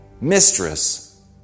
mistress